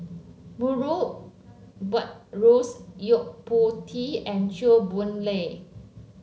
Murray Buttrose Yo Po Tee and Chew Boon Lay